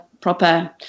proper